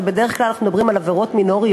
ובדרך כלל אנחנו מדברים על עבירות מינוריות,